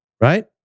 right